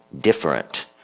different